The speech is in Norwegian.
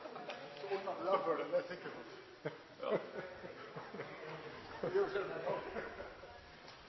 så tåler de